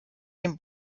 dem